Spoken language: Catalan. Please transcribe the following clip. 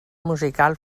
musical